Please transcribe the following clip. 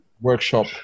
Workshop